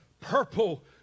purple